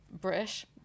British